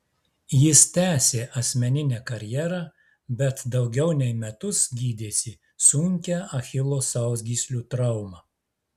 jis tęsė asmeninę karjerą bet daugiau nei metus gydėsi sunkią achilo sausgyslių traumą